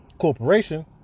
corporation